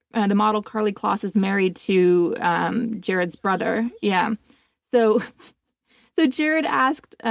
and the model karlie kloss is married to jared's brother. yeah so so jared asked